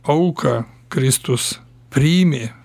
auką kristus priėmė